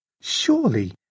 Surely